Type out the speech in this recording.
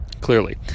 clearly